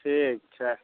ठीक छै